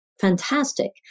fantastic